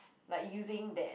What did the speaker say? like using that